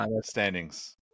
standings